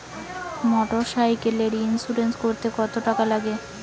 মোটরসাইকেলের ইন্সুরেন্স করতে কত টাকা লাগে?